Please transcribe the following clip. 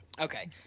Okay